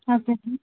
okay sir